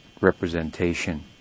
representation